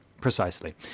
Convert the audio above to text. precisely